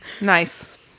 nice